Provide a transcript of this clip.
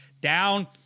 down